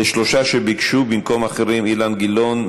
לשלושה שביקשו במקום אחרים: אילן גילאון,